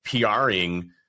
PRing